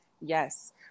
yes